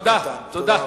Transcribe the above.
תודה רבה.